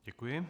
Děkuji.